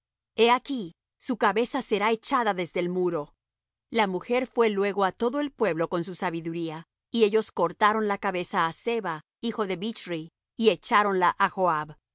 he aquí su cabeza te será echada desde el muro la mujer fué luego á todo el pueblo con su sabiduría y ellos cortaron la cabeza á seba hijo de bichri y echáronla á joab